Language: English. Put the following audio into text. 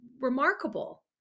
remarkable